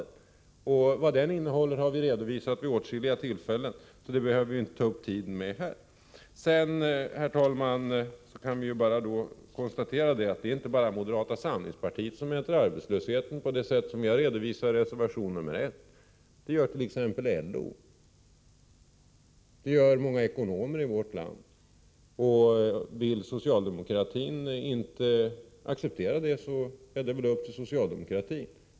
Vad den politiken innehåller har vi redovisat vid åtskilliga tillfällen, så det behöver vi inte ta upp tid med här. Herr talman! Vi kan konstatera att det inte bara är moderata samlingspartiet som mäter arbetslösheten på det sätt som vi har redovisat i reservation 1. Det gört.ex. också LO och många ekonomer i vårt land. Vill socialdemokratin inte acceptera det är det upp till er.